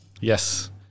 Yes